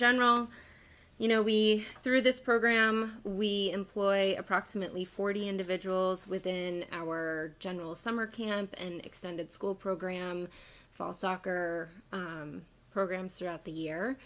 general you know we through this program we employ approximately forty individuals within our general summer camp and extended school program fall soccer programs throughout the year